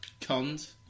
cons